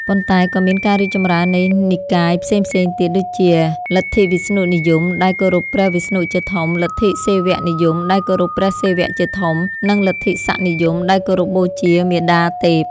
ប៉ុន្តែក៏មានការរីកចម្រើននៃនិកាយផ្សេងៗទៀត ដូចជា លទ្ធិវិស្ណុនិយម ដែលគោរពព្រះវិស្ណុជាធំ លទ្ធិសិវនិយម ដែលគោរពព្រះសិវៈជាធំ និង លទ្ធិសក្តិនិយម ដែលគោរពបូជាមាតាទេព។